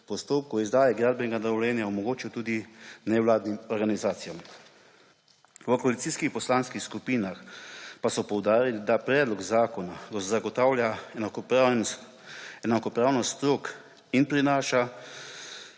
postopku izdaje gradbenega dovoljenja omogočil tudi nevladnim organizacijam. V koalicijskih poslanskih skupinah pa so poudarili, da predlog zakona zagotavlja enakopravnost strok in prinaša